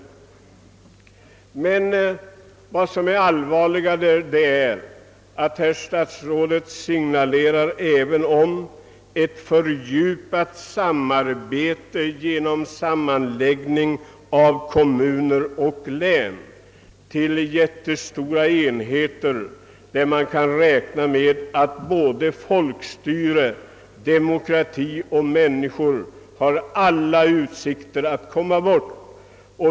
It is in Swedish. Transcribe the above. Vad som emellertid är allvarligare är att statsrådet signalerar ett »fördjupat samarbete genom sammanläggning av kommuner och län» till jättestora enheter, där man kan räkna med att både folkstyre och människor har alla utsikter att komma bort.